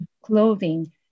clothing